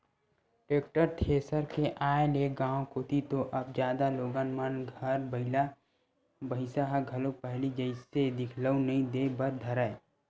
tractor, thresher के आय ले गाँव कोती तो अब जादा लोगन मन घर बइला भइसा ह घलोक पहिली जइसे दिखउल नइ देय बर धरय